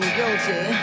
guilty